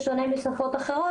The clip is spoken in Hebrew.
בשונה משפות אחרות,